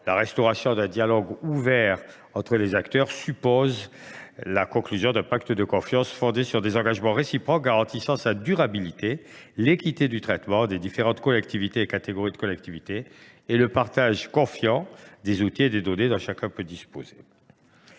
La restauration d’un dialogue ouvert entre les acteurs suppose la conclusion d’un pacte de confiance fondé sur des engagements réciproques garantissant sa durabilité, l’équité du traitement des différentes collectivités et catégories de collectivités, et le partage confiant des outils et des données dont chacun peut disposer.